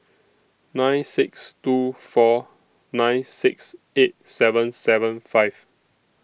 nine six two four nine six eight seven seven five